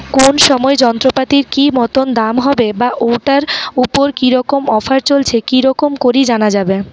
কোন সময় যন্ত্রপাতির কি মতন দাম হবে বা ঐটার উপর কি রকম অফার চলছে কি রকম করি জানা যাবে?